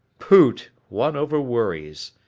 poot. one overworries.